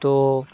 تو